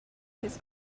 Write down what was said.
his